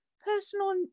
personal